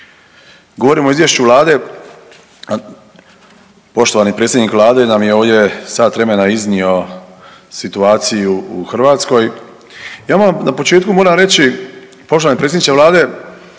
Govorimo o izvješću vlade, poštovani predsjednik Vlade nam je ovdje u sat vremena iznio situaciju u Hrvatskoj. Ja moram na početku reći poštovani predsjedniče vlade,